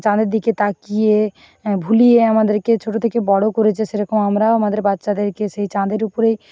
চাঁদের দিকে তাকিয়ে ভুলিয়ে আমাদেরকে ছোটো থেকে বড়ো করেছে সেরকম আমরাও আমাদের বাচ্চাদেরকে সেই চাঁদের উপরেই